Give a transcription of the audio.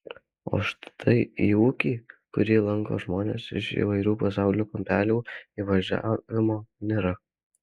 o štai į ūkį kurį lanko žmonės iš įvairių pasaulio kampelių įvažiavimo nėra